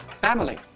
family